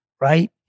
right